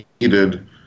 needed